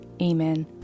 Amen